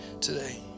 today